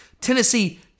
Tennessee